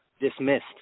dismissed